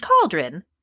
Cauldron